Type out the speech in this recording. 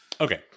Okay